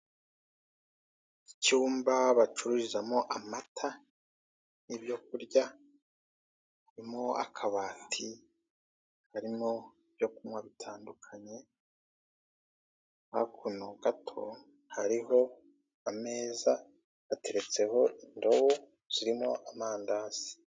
Icyumba bacururizamo amata, ibyo kurya, harimo akabati karimo ibyo kunywa bitandukanye, hakuno gato hariho ameza ateretseho indobo zirimo amandazi.